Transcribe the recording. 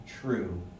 true